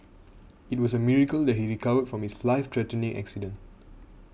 it was a miracle that he recovered from his life threatening accident